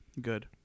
Good